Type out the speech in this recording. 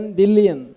billion